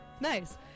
Nice